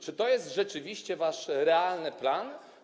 Czy to jest rzeczywiście wasz realny plan?